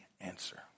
answer